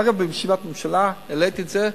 אגב, בישיבת ממשלה העליתי את זה,